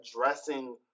addressing